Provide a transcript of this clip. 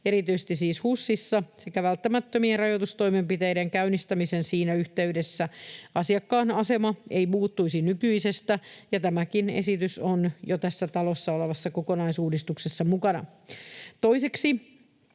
erityisesti siis HUSissa, sekä välttämättömien rajoitustoimenpiteiden käyttämisen siinä yhteydessä. Asiakkaan asema ei muuttuisi nykyisestä. Tämäkin esitys on jo tässä talossa olevassa kokonaisuudistuksessa mukana. Toiseksi